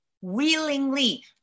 willingly